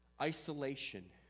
isolation